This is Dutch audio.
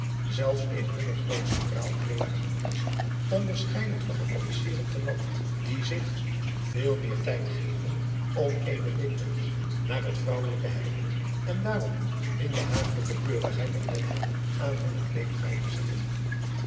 zelfs in hunne grootste praalkleederen gedost onderscheiden van de officieren te land dic zich veel adriaan loosjes pzn het leven van hillegonda buisman meer tijd geven om eene dikwijls naar het vrouwelijke hellende en daarom min behagelijke keurigheid en netheid aan hunne kleeding bij te zetten